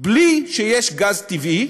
בלי שיש גז טבעי,